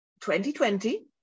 2020